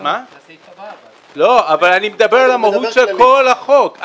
----- אני מדבר על המהות של כל החוק.